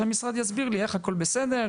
שהמשרד יסביר לי איך הכול בסדר.